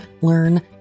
Learn